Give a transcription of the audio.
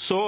Så